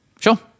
Sure